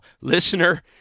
Listener